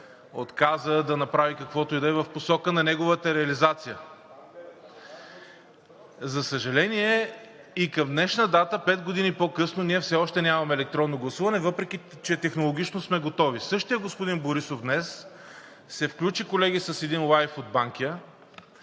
отказа да направи каквото и да е в посока на неговата реализация. За съжаление, и към днешна дата – пет години по-късно, ние все още нямаме електронно гласуване, въпреки че технологично сме готови. Същият господин Борисов днес се включи, колеги, с един лайф от Банкя